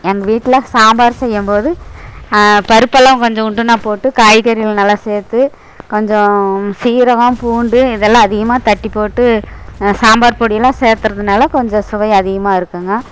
எங்கள் வீட்டில் சாம்பார் செய்யும் போது பருப்பெல்லாம் கொஞ்சோண்டு நான் போட்டு காய்கறிகள் நல்லா சேர்த்து கொஞ்சம் சீரகம் பூண்டு இதெல்லாம் அதிகமாக தட்டிப் போட்டு நான் சாம்பார் பொடியெல்லாம் சேத்துறதினால கொஞ்சம் சுவை அதிகமாக இருக்குங்க